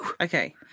okay